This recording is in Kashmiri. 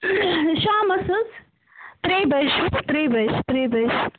شامَس حظ ترٛیہِ بَجہِ ترٛیٚیہِ بَجہِ ترٛیٚیہِ بَجہِ